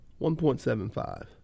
1.75